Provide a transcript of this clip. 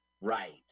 Right